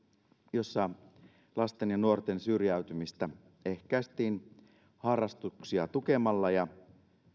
jossa lasten ja nuorten syrjäytymistä ehkäistiin harrastuksia tukemalla ja